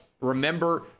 Remember